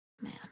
Man